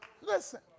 Listen